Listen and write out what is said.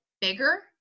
bigger